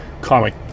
comic